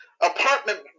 apartment